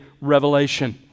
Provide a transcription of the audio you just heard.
revelation